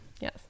yes